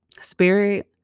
Spirit